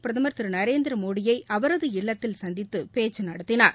இன்று பிரகமர் திரு நரேந்திரமோடியை அவரது இல்லத்தில் சந்தித்து பேச்சு நடத்தினார்